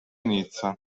nizza